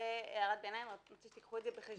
כדאי שתיקחו את זה בחשבון,